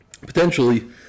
Potentially